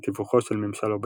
בתיווכו של ממשל אובמה.